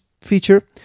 feature